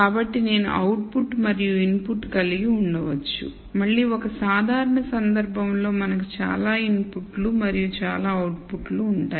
కాబట్టి నేను output మరియు ఇన్ పుట్ కలిగి ఉండవచ్చు మళ్ళీ ఒక సాధారణ సందర్భంలో మనకు చాలా ఇన్ పుట్లు మరియు చాలా అవుట్ పుట్లు ఉంటాయి